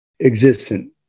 existent